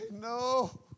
no